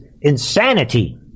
insanity